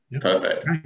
perfect